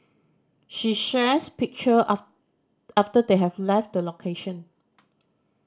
she shares picture after they have left the location